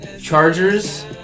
chargers